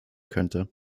könnte